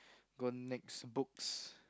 go next books